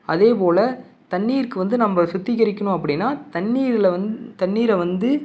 அதேபோல் தண்ணீருக்கு வந்து நம்ம சுத்திகரிக்கணும் அப்படினால் தண்ணீரில் தண்ணீரை வந்து